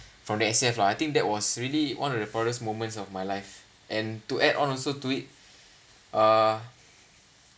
from the S_A_F lah I think that was really one of the proudest moments of my life and to add on also to it uh